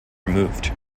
removed